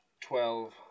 Twelve